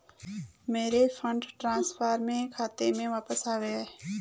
मेरा fund transfer मेरे खाते में वापस आ गया है